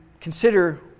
consider